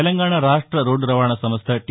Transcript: తెలంగాణ రాష్ట రోడ్లు రవాణా సంస్ల టీ